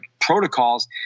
protocols